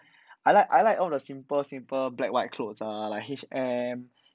I like I ilke all the simple simple black white clothes lah like HM